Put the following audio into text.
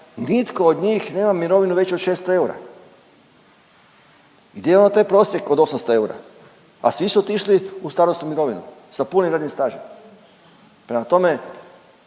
nitko od njih nema mirovinu veću od 600 eura. Gdje je onda taj prosjek od 800 eura, a svi su otišli u starosnu mirovinu sa punim radnim stažem? Prema tome,